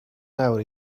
nawr